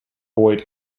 boyd